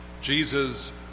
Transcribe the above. Jesus